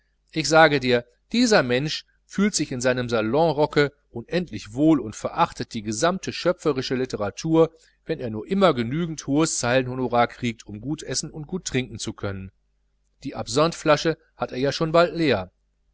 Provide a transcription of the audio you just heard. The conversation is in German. ich sage dir dieser mensch fühlt sich in seinem salonrocke unendlich wohl und verachtet die gesammte schöpferische litteratur wenn er nur immer genügend hohes zeilenhonorar kriegt um gut essen und trinken zu können die absinth flasche hat er schon bald leer